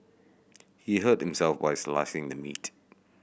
he hurt himself while slicing the meat